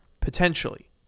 potentially